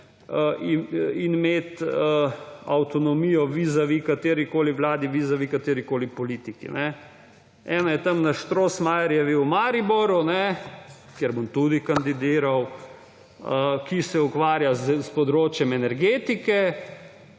in imeti avtonomijo vizavi katerikoli vladi, vizavi katerikoli politiki. Ena je tam na Strossmayerjevi v Mariboru, kjer bom tudi kandidiral, ki se ukvarja s področjem energetike,